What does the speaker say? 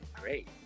Great